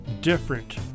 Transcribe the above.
different